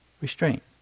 restraint